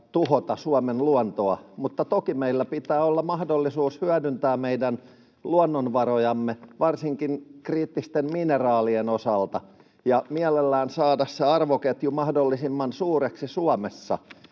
tuhota Suomen luontoa, mutta toki meillä pitää olla mahdollisuus hyödyntää meidän luonnonvarojamme varsinkin kriittisten mineraalien osalta ja mielellään saada se arvoketju mahdollisimman suureksi Suomessa